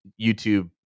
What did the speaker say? YouTube